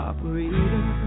Operator